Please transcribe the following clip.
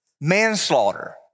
manslaughter